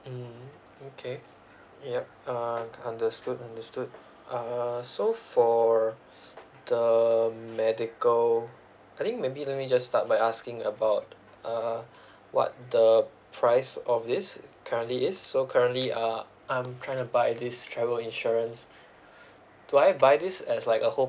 mm okay yup uh understood understood uh so for the medical I think maybe let me just start by asking about uh what the price of this currently is so currently uh I'm trying to buy this travel insurance do I buy this as like a whole